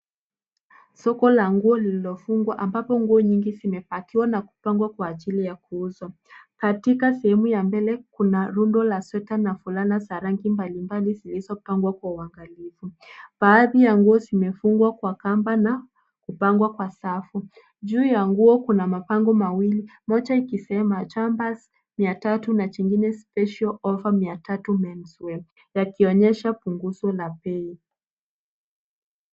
Soko la nguo lililofungwa ambapo nguo nyingi zimepakiwa na kupangwa kwa ajili ya kuuzwa. Katika sehemu ya mbele kuna rundo la sweta na fulana za rangi mbalimbali zilizopangwa kwa uangalifu. Baadhi ya nguo zimefungwa kwa kamba na kupangwa kwa safu. Juu ya nguo kuna mabango mawili moja ikisema jumpers mia tatu na jingine special offer mia tatu men sweater zakionyesha punguzo la bei.